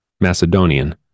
Macedonian